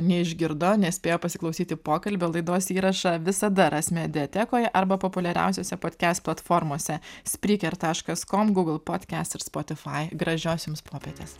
neišgirdo nespėjo pasiklausyti pokalbio laidos įrašą visada ras mediatekoj arba populiariausiose podkest platformose spriker taškas kom gūgl podkest ir spotifai gražios jums popietės